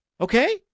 Okay